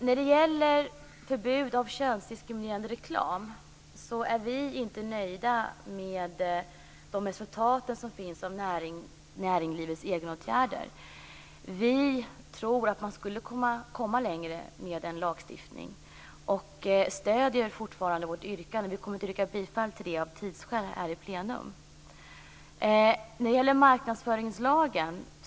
När det gäller förbud mot könsdiskriminerande reklam är vi inte nöjda med de resultat som finns av näringslivets egna åtgärder. Vi tror att man skulle komma längre med en lagstiftning. Vi stöder fortfarande vårt yrkande om detta, men vi kommer inte att yrka bifall till det här i plenum av tidsskäl.